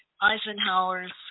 eisenhower's